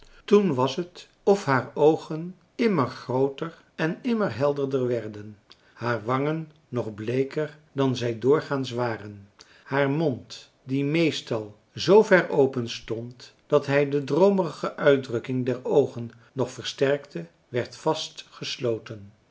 toen was het of haar oogen immer grooter en immer helderder werden haar wangen nog bleeker dan zij doorgaans waren haar mond die meestal zoo ver openstond dat hij de droomerige uitdrukking der oogen nog versterkte werd